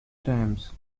times